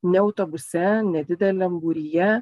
ne autobuse nedideliam būryje